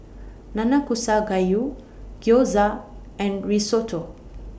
Nanakusa Gayu Gyoza and Risotto